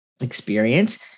experience